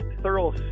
Thorough